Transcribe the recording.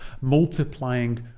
multiplying